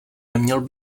neměl